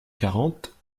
quarante